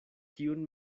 kiun